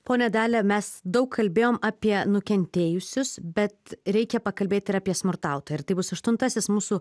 ponia dalia mes daug kalbėjom apie nukentėjusius bet reikia pakalbėt ir apie smurtautoją ir tai bus aštuntasis mūsų